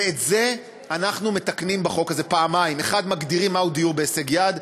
ואת זה אנחנו מתקנים בחוק הזה פעמיים: 1. מגדירים מהו דיור בהישג יד,